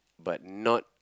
but not